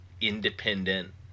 independent